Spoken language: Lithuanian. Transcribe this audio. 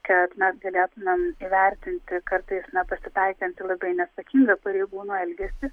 kad mes galėtumėm įvertinti kartais pasitaikantį labai neatsakingą pareigūnų elgesį